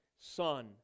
Son